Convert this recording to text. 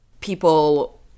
people